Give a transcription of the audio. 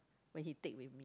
when he take with me